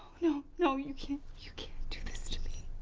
no no you can't, you can't do this to me,